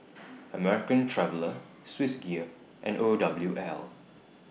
American Traveller Swissgear and O W L